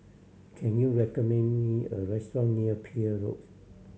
can you recommend me a restaurant near Peirce Road